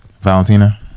Valentina